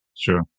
sure